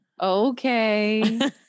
Okay